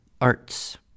arts